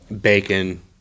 bacon